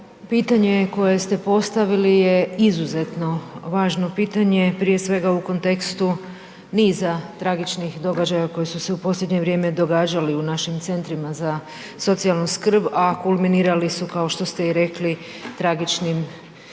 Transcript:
pitanje koje ste postavili je izuzetno važno pitanje prije svega u kontekstu niza tragičnih događaja koji su se u posljednje vrijeme događali u našim centrima za socijalnu skrb, a kulminirali su, kao što ste i rekli, tragičnim ubojstvom